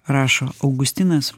rašo augustinas